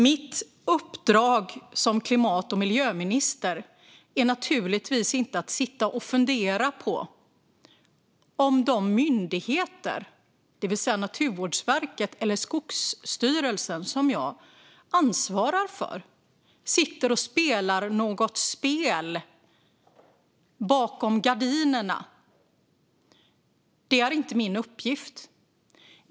Mitt uppdrag som klimat och miljöminister är naturligtvis inte att sitta och fundera på om de myndigheter - det vill säga Naturvårdsverket eller Skogsstyrelsen - som jag ansvarar för sitter och spelar något spel bakom gardinerna. Det är inte min uppgift.